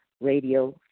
radio